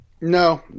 No